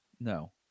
No